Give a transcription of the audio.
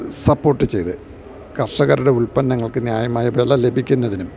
support ചെയ്ത് കർഷകരുടെ ഉൽപ്പന്നങ്ങൾക്കു ന്യായമായ വില ലഭിക്കുന്നതിനും